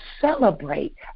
celebrate